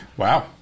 Wow